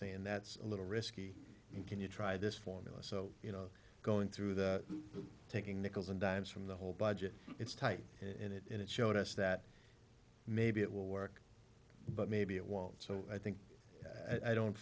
saying that's a little risky and can you try this formula so you know going through the taking nickels and dimes from the whole budget it's tight and it showed us that maybe it will work but maybe it won't so i think i don't